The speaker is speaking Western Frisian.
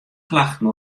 klachten